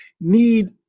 need